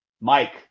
mike